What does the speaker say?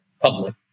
public